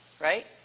right